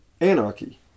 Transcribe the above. anarchy